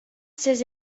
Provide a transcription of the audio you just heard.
ses